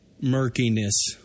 murkiness